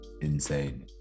insane